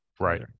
Right